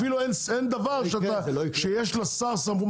אפילו לשר אין סמכות.